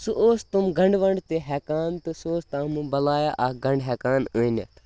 سُہ اوس تِم گَنٛڈٕ وَنٛڈٕ تہِ ہٮ۪کان تہٕ سُہ اوس تَتھ منٛز بَلایا اَکھ گَنٛڈٕ ہٮ۪کان أنِتھ